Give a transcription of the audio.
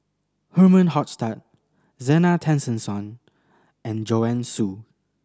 Herman Hochstadt Zena Tessensohn and Joanne Soo